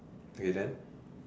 okay then